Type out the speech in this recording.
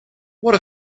what